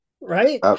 right